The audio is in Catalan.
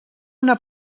una